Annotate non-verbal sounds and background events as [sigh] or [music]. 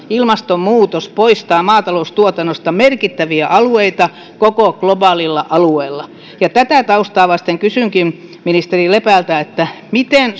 ilmastonmuutos poistaa maataloustuotannosta merkittäviä alueita koko globaalilla alueella tätä taustaa vasten kysynkin ministeri lepältä miten [unintelligible]